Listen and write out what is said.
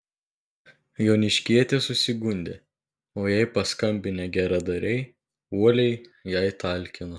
joniškietė susigundė o jai paskambinę geradariai uoliai jai talkino